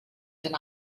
deny